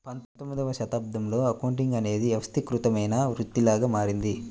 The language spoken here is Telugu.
పంతొమ్మిదవ శతాబ్దంలో అకౌంటింగ్ అనేది వ్యవస్థీకృతమైన వృత్తిలాగా మారింది